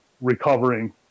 recovering